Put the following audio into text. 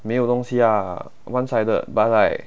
没有东西 lah one sided but like